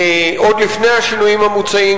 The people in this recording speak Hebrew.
עוד לפני השינויים המוצעים,